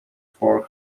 for